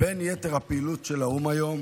שבין יתר הפעילות של האו"ם היום